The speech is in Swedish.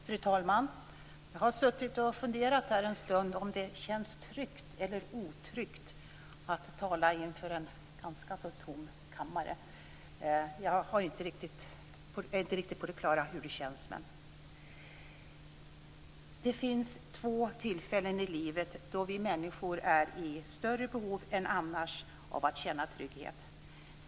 Fru talman! Jag har suttit och funderat här en stund på om det känns tryggt eller otryggt att tala inför en ganska tom kammare. Jag är inte riktigt på det klara med hur det känns. Det finns två tillfällen i livet då vi människor är i större behov av att känna trygghet än annars.